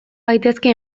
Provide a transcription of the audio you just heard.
gaitezke